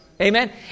Amen